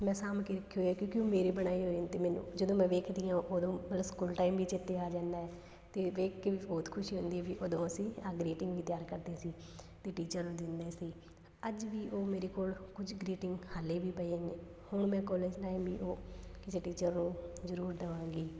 ਮੈਂ ਸਾਂਭ ਕੇ ਰੱਖੇ ਹੋਏ ਹੈ ਕਿਉਂਕਿ ਉਹ ਮੇਰੇ ਬਣਾਏ ਹੋਏ ਨੇ ਅਤੇ ਮੈਨੂੰ ਜਦੋਂ ਮੈਂ ਵੇਖਦੀ ਹਾਂ ਉਦੋਂ ਮਤਲਬ ਸਕੂਲ ਟਾਈਮ ਵੀ ਚੇਤੇ ਆ ਜਾਂਦਾ ਅਤੇ ਵੇਖ ਕੇ ਵੀ ਬਹੁਤ ਖੁਸ਼ੀ ਹੁੰਦੀ ਵੀ ਉਦੋਂ ਅਸੀਂ ਆਹ ਗਰੀਟਿੰਗ ਵੀ ਤਿਆਰ ਕਰਦੇ ਸੀ ਅਤੇ ਟੀਚਰ ਨੂੰ ਦਿੰਦੇ ਸੀ ਅੱਜ ਵੀ ਉਹ ਮੇਰੇ ਕੋਲ ਕੁਝ ਗ੍ਰੀਟਿੰਗ ਹਜੇ ਵੀ ਪਏ ਨੇ ਹੁਣ ਮੈਂ ਕਾਲਜ ਟਾਈਮ ਵੀ ਉਹ ਕਿਸੇ ਟੀਚਰ ਨੂੰ ਜ਼ਰੂਰ ਦੇਵਾਂਗੀ